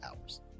hours